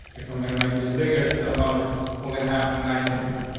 if i'm gonna make this bigger, still notice we're gonna have a nice image.